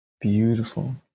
beautiful